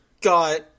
got